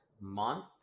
month